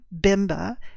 Bimba